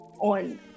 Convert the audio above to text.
on